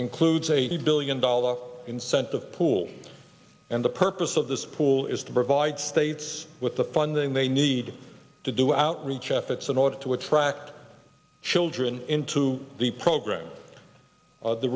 includes eighty billion dollars incentive pool and the purpose of this pool is to provide states with the funding they need to do outreach efforts in order to attract children into the program